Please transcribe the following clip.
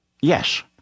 Yes